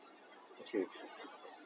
okay okay